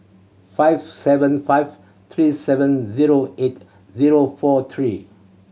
five seven five three seven zero eight zero four three